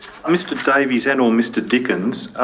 mr davies, and or mr dickens,